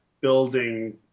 building